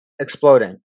exploding